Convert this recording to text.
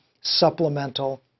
supplemental